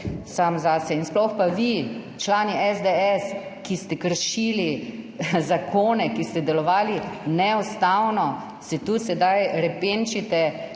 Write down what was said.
Sploh pa vi, člani SDS, ki ste kršili zakone, ki ste delovali neustavno, se tu sedaj repenčite